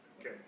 Okay